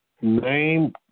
name